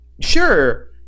Sure